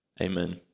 Amen